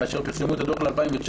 כאשר פרסמו את הדוח ל-2019,